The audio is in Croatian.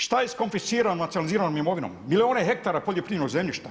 Šta je sa konfisciranom, nacionaliziranom imovinom? … ona hektara poljoprivrednog zemljišta.